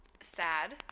sad